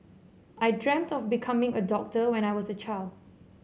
I dreamt of becoming a doctor when I was a child